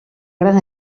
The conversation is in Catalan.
gran